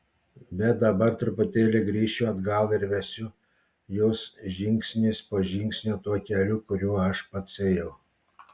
bet dabar truputėlį grįšiu atgal ir vesiu jus žingsnis po žingsnio tuo keliu kuriuo aš pats ėjau